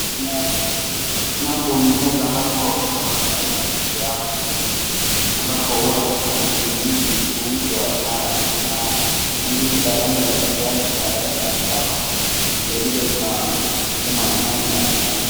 kuna hapo ni meza ambapo huwa inaunzwa manyanya mingi ama ndizi, ambapo huwa sasa mandizi hizi huuzwa na kuna mandizi za rangi la kijani na rangi la njano, vilevile kuna sukuma, nyanya na viazi.